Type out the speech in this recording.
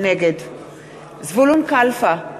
נגד זבולון קלפה,